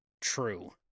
true